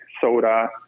soda